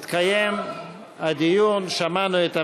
התקיים הדיון, שמענו את הממשלה,